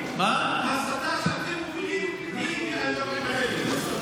ההסתה שאתם מובילים הביאה לאירועים האלה.